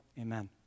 amen